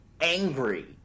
angry